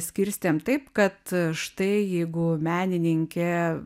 skirstėm taip kad štai jeigu menininkė